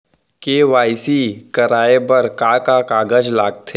KYC कराये बर का का कागज लागथे?